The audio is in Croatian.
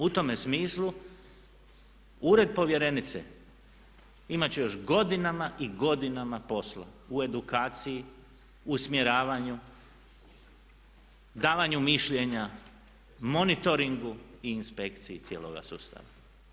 U tome smislu ured povjerenice imat će još godinama i godinama posla u edukaciji, usmjeravanju, davanju mišljenja, monitoringu i inspekciji cijeloga sustava.